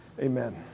Amen